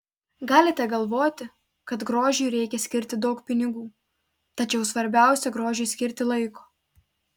galite galvoti kad grožiui reikia skirti daug pinigų tačiau svarbiausia grožiui skirti laiko